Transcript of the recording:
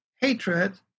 hatred